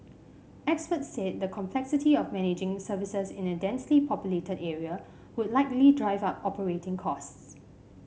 experts said the complexity of managing services in a densely populated area would likely drive up operating costs